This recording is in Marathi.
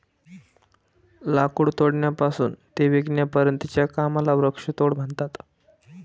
लाकूड तोडण्यापासून ते विकण्यापर्यंतच्या कामाला वृक्षतोड म्हणतात